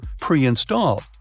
pre-installed